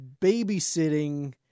babysitting